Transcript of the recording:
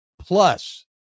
Plus